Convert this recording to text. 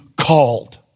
called